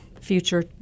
future